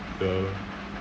ya lah